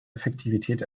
effektivität